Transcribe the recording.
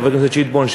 חבר הכנסת שטבון,